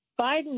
Biden